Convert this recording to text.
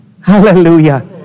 Hallelujah